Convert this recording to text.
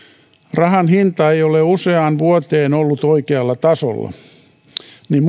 rahan hinta ei ole useaan vuoteen ollut oikealla tasolla niin